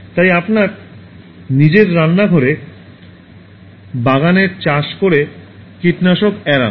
তাই আপনার নিজের রান্নাঘরের বাগানের চাষ করে কীটনাশক এড়ান